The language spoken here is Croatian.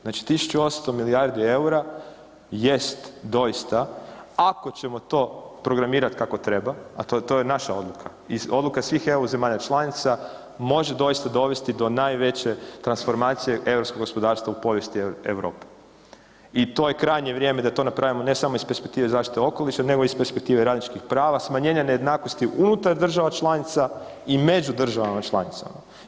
Znači, 1800 milijardi EUR-a jest doista ako ćemo to programirat kako treba, a to, to je naša odluka, odluka svih EU zemalja članica, može doista dovesti do najveće transformacije europskog gospodarstva u povijesti Europe i to je krajnje vrijeme da to napravimo, ne samo iz perspektive zaštite okoliša nego i iz perspektive radničkih prava, smanjenja nejednakosti unutar država članica i među državama članicama.